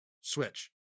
switch